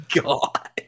god